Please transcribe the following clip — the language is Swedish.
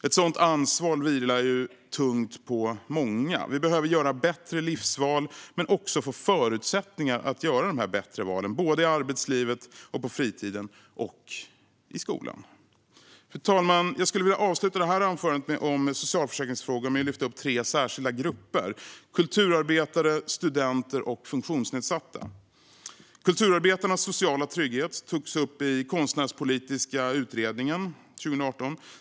Ett sådant ansvar vilar tungt på många. Vi behöver göra bättre livsval men också få förutsättningar att göra dessa bättre val, både i arbetslivet, på fritiden och i skolan. Fru talman! Jag skulle vilja avsluta detta anförande om socialförsäkringsfrågor med att lyfta upp tre särskilda grupper: kulturarbetare, studenter och funktionsnedsatta. Kulturarbetarnas sociala trygghet togs upp i den konstnärspolitiska utredningen 2018.